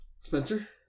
Spencer